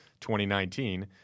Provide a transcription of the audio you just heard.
2019